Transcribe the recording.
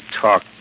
talk